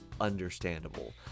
understandable